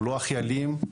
הוא לא הכי אלים,